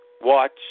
Watch